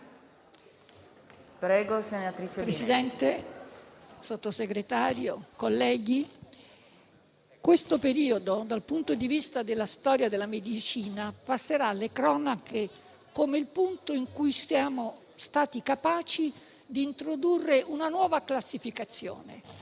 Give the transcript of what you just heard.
Presidente, signor Sottosegretario, colleghi, questo periodo, dal punto di vista della storia della medicina, passerà alle cronache come il momento in cui siamo stati capaci di introdurre una nuova classificazione: